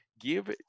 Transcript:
give